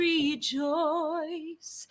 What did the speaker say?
Rejoice